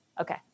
okay